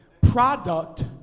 product